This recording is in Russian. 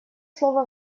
слово